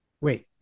wait